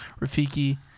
Rafiki